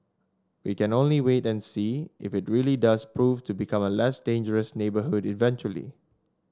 we can only wait and see if it really does prove to become a less dangerous neighbourhood eventually